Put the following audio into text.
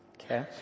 Okay